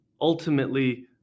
ultimately